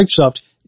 Microsoft